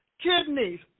Kidneys